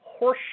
horseshit